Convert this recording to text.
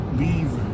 leave